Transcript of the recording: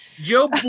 Joe